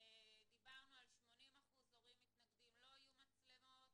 דיברנו על 80% הורים מתנגדים שלא יהיו מצלמות,